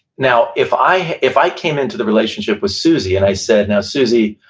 now, if i if i came into the relationship with suzy, and i said, now suzy,